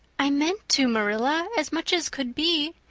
i meant to, marilla, as much as could be.